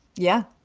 yeah